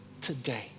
today